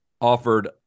offered